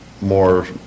more